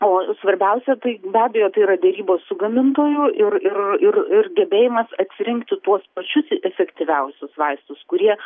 o svarbiausia tai be abejo tai yra derybos su gamintoju ir ir ir ir gebėjimas atsirinkti tuos pačius efektyviausius vaistus kurie